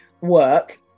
work